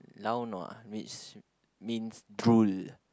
lao nua means means drool